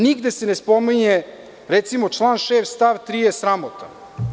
Nigde se ne spominje, recimo, član 6. stav 3. je sramotan.